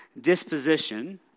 disposition